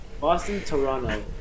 Boston-Toronto